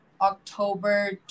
October